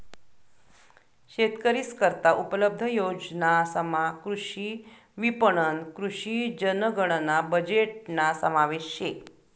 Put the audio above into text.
शेतकरीस करता उपलब्ध योजनासमा कृषी विपणन, कृषी जनगणना बजेटना समावेश शे